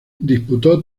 disputó